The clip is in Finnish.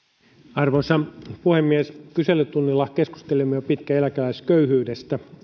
arvoisa puhemies kyselytunnilla keskustelimme jo pitkään eläkeläisköyhyydestä